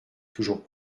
toujours